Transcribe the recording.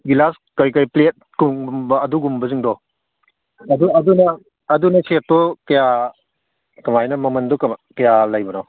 glass ꯀꯩꯀꯩ ꯄ꯭ꯂꯦꯠꯀꯨꯝꯕ ꯑꯗꯨꯒꯨꯝꯕꯁꯤꯡꯗꯣ ꯑꯗꯨꯅ ꯑꯗꯨꯅ ꯁꯦꯠꯇꯣ ꯀꯌꯥ ꯀꯃꯥꯏꯅ ꯃꯃꯟꯗꯣ ꯀꯌꯥ ꯂꯩꯕꯅꯣ